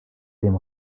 dem